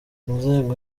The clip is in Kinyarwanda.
inzego